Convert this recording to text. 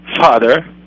father